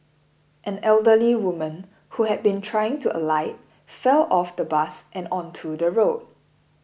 an elderly woman who had been trying to alight fell off the bus and onto the road